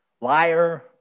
Liar